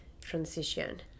transition